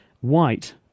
white